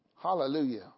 Hallelujah